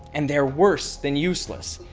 and they are worse than useless.